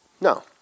no